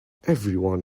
everyone